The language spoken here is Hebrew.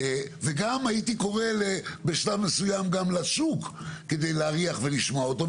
וגם הייתי קורא בשלב מסוים גם לשוק כדי להריח ולשמוע אותו,